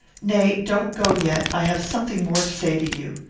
nay, don't go yet. i have something more to say to you.